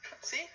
See